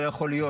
לא יכול להיות.